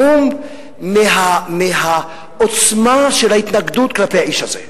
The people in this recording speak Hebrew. המום מהעוצמה של ההתנגדות כלפי האיש הזה.